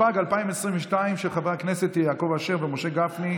התשפ"ג 2022, של חברי הכנסת יעקב אשר ומשה גפני,